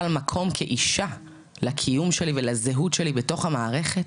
מקום כאישה לקיום שלי ולזהות שלי בתוך המערכת,